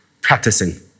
practicing